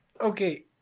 Okay